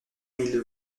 mille